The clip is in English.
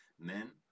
Men